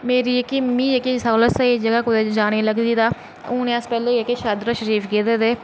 मेरी जेह्की मिगी जेह्की सारें कोला स्हेई जगह कुदै जाने गी लगदी तां हून जेह्के अस पैह्लें शहादरा शरीफ गेदे तां